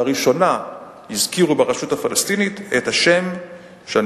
לראשונה הזכירו ברשות הפלסטינית את השם שאני